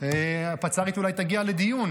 הפצ"רית אולי תגיע לדיון,